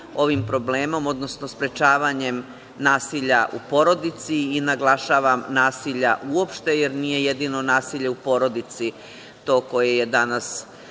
ovim problemom, odnosno sprečavanjem nasilja u porodici i, naglašavam, nasilje uopšte, jer nije jedino nasilje u porodici to koje je danas